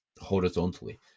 horizontally